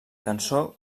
cançó